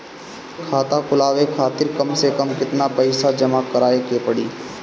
खाता खुलवाये खातिर कम से कम केतना पईसा जमा काराये के पड़ी?